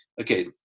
Okay